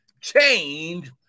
change